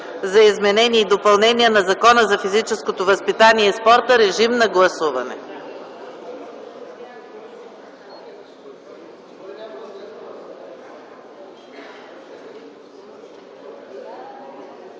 за изменение и допълнение на Закона за физическото възпитание и спорта. Моля, гласувайте.